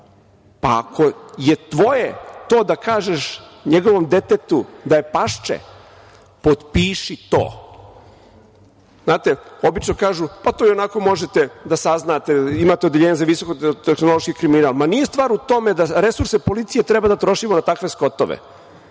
Pa ako je tvoje to da kažeš njegovom detetu da je pašče, potpiši to. Znate, obično kažu to ionako možete da saznate, imate odeljenje za visokotehnološki kriminal, ma nije stvar u tome da resurse policije treba da trošimo na takve skotove,